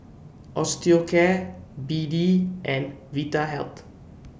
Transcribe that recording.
Osteocare B D and Vitahealth